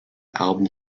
album